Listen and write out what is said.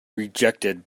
rejected